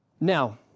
Now